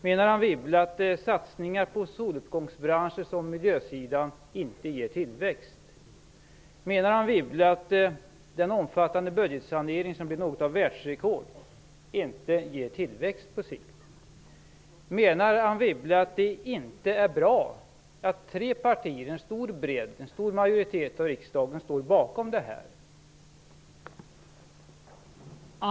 Menar Anne Wibble att de satsningar på soluppgångsbranscher på miljösidan inte ger tillväxt? Menar Anne Wibble att den omfattande budgetsanering som blev något av ett världsrekord inte ger tillväxt på sikt? Menar Anne Wibble att det inte är bra att tre partier - en stor majoritet av riksdagen - står bakom detta?